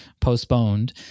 postponed